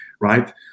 right